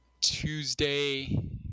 Tuesday